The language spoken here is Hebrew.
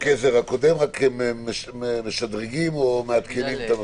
העזר הקודם ורק משדרגים או מעדכנים את המחיר?